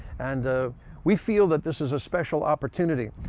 and ah we feel that this is a special opportunity.